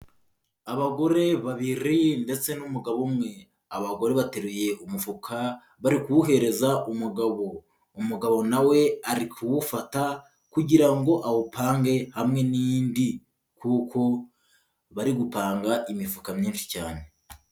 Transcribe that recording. Abagore babiri ndetse n'umugabo umwe, abagore bateruye umufuka bari kuwuhereza umugabo, umugabo nawe ari kuwufata kugira ngo awupange hamwe n'indi kuko bari gupanga imifuka myinshi cyane.